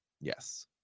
Yes